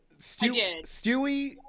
stewie